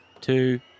two